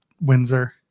Windsor